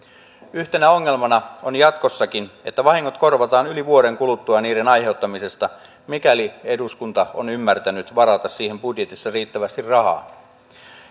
yhtenä ongelmana on jatkossakin että vahingot korvataan yli vuoden kuluttua niiden aiheuttamisesta mikäli eduskunta on ymmärtänyt varata siihen budjetissa riittävästi rahaa